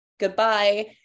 Goodbye